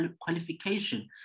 qualification